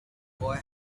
boy